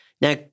Now